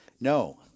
No